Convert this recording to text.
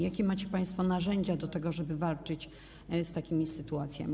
Jakie macie państwo narzędzia do tego, żeby walczyć z takimi sytuacjami?